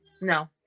No